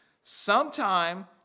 Sometime